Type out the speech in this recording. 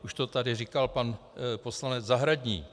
Už to tady říkal pan poslanec Zahradník.